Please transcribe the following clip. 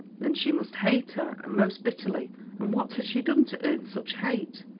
then she must hate her, and most bitterly and what had she done to earn such hate?